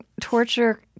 torture